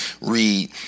read